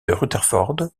rutherford